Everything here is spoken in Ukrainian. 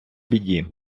біді